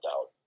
out